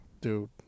Dude